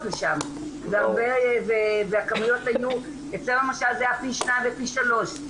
לשם והכמויות היו יותר פי שניים ופי שלושה